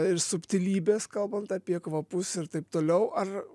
ir subtilybės kalbant apie kvapus ir taip toliau ar